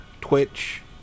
Twitch